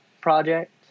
project